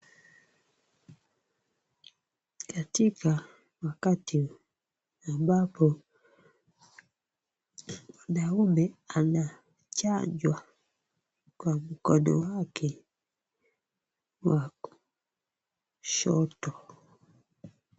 Katika wakati ambapo mwanaume anachanjwa kwa mkono wake wa kushoto.